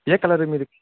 ఏ colour మీది